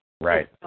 Right